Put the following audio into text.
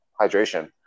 hydration